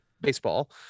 baseball